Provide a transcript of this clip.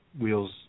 wheels